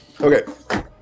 Okay